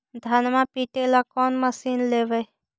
धनमा पिटेला कौन मशीन लैबै?